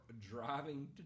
driving